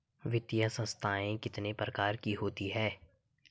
वित्तीय संस्थाएं कितने प्रकार की होती हैं?